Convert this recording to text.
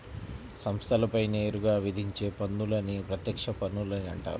సంస్థలపై నేరుగా విధించే పన్నులని ప్రత్యక్ష పన్నులని అంటారు